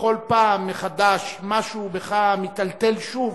ובכל פעם מחדש משהו בך מיטלטל שוב